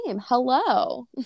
hello